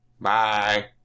Bye